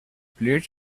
please